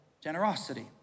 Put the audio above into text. generosity